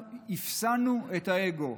אפסַנו את האגו.